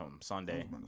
Sunday